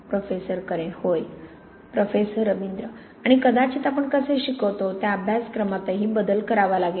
professor Karen होय professor Ravindra आणि कदाचित आपण कसे शिकवतो त्या अभ्यासक्रमातही बदल करावा लागेल